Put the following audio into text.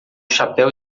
chapéu